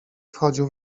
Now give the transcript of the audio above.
wchodził